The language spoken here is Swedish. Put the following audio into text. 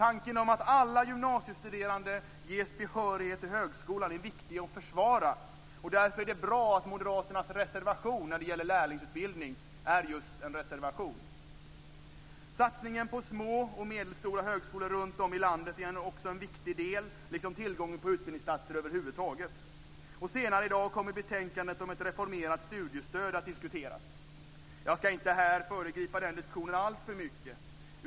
Tanken att alla gymnasiestuderande ges behörighet till högskolan är viktig att försvara. Därför är det bra att moderaternas reservation när det gäller lärlingsutbildning är just en reservation. Satsning på små och medelstora högskolor runtom i landet är också en viktig del liksom tillgången på utbildningsplatser över huvud taget. Senare i dag kommer betänkandet om ett reformerat studiestöd att diskuteras. Jag ska inte här föregripa den diskussionen alltför mycket.